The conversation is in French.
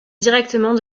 directement